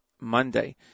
Monday